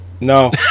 No